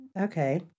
Okay